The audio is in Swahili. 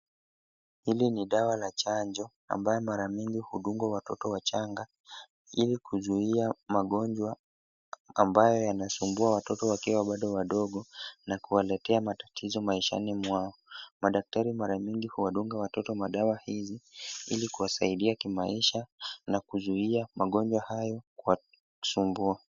Hili ni dawa la chanjo ambayo mara mingi hudunga watoto wachanga, ili kuzuia magonjwa ambayo yanasumbua watoto wakiwa bado wadogo, na kuwaletea matatizo maishani mwao. Madaktari mara mingi huwadunga watoto madawa hizi ili kuwasaidia kimaisha na kuzuia magonjwa hayo kuwasumbua.